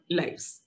lives